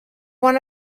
one